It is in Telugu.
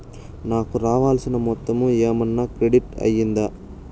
నాకు రావాల్సిన మొత్తము ఏమన్నా క్రెడిట్ అయ్యిందా